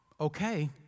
okay